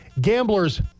gamblers